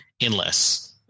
endless